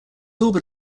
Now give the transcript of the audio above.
orbit